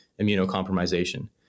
immunocompromisation